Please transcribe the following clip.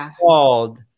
called